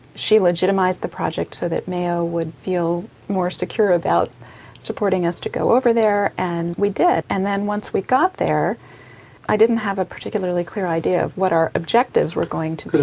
she legitimised the project so that the mayo would feel more secure about supporting us to go over there and we did. and then once we got there i didn't have a particularly clear idea of what our objectives were going to be.